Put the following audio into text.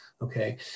Okay